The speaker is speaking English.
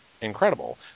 incredible